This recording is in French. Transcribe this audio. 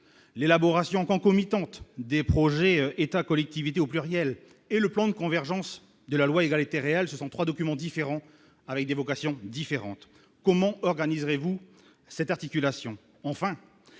l'élaboration concomitante des projets, État, collectivités, au pluriel et le plan de convergence de la loi Égalité réelle, ce sont 3 documents différents avec des vocations différentes comment organiser vous cette articulation,